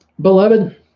beloved